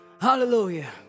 Hallelujah